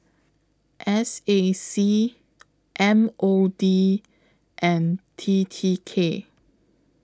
S A C M O D and T T K